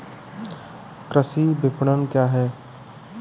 कृषि विपणन क्या है?